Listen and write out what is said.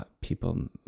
people